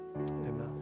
amen